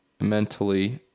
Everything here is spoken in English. mentally